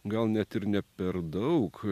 gal net ir ne per daug